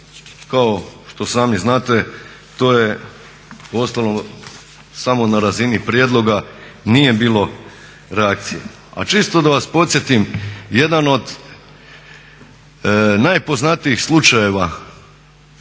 kao što sami znate to je ostalo samo na razini prijedloga, nije bilo reakcije. A čisto da vas podsjetim, jedan od najpoznatijih slučajeva